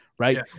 right